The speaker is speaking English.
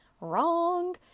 Wrong